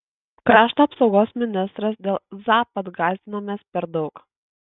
krašto apsaugos ministras dėl zapad gąsdinamės per daug